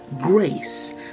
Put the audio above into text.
grace